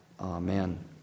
Amen